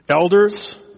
elders